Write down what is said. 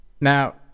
Now